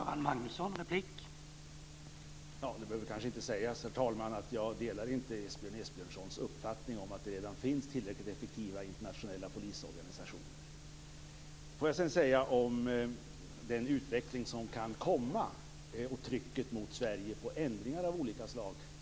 Herr talman! Det behöver kanske inte sägas att jag inte delar Esbjörn Esbjörnssons uppfattning om att det redan finns tillräckligt effektiva internationella polisorganisationer. Låt mig sedan ta upp den utveckling som kan komma och trycket mot Sverige på ändringar av olika slag.